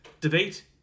debate